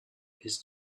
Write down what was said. his